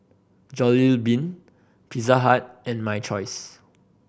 Jollibean Pizza Hut and My Choice